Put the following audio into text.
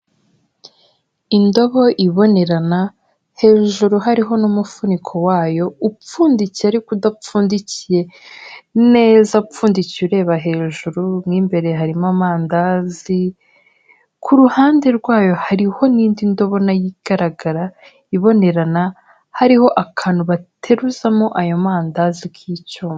Indobo ibonerana hejuru hariho n'umufuniko wayo upfundikiye ariko udapfundikiye neza, upfundikiye ureba hejuru, mo imbere harimo amandazi, ku ruhande rwayo hariho n'indi ndobo igaragara, ibonerana, hariho akantu bateruzamo ayo mandazi k'icyuma.